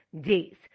days